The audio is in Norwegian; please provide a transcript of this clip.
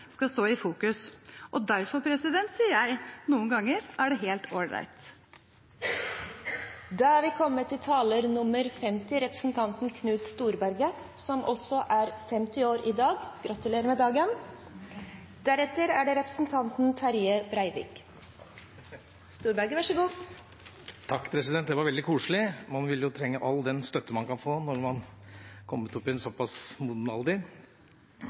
skal stå i fokus. Og derfor sier jeg: Noen ganger er det helt ålreit! Da er vi kommet til taler nr. 50, representanten Knut Storberget, som også er 50 år i dag! Gratulerer med dagen! Takk, president, det var veldig koselig! Man vil jo trenge all den støtte man kan få når man er kommet opp i en såpass moden